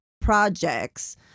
projects